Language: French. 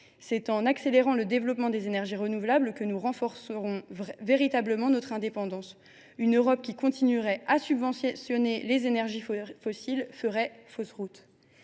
c’est en accélérant le développement des énergies renouvelables que nous renforcerons véritablement notre indépendance. Une Europe qui continuerait à subventionner les énergies fossiles ferait fausse route.